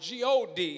God